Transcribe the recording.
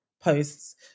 posts